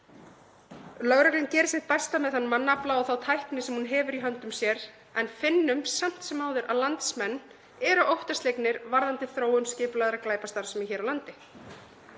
Lögreglan gerir sitt besta með þann mannafla og þá tækni sem hún hefur í höndum sér en við finnum samt sem áður að landsmenn eru óttaslegnir varðandi þróun skipulagðrar glæpastarfsemi hér á landi.